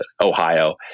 Ohio